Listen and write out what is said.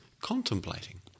contemplating